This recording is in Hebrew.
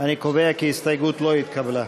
אני קובע כי ההסתייגות לא התקבלה.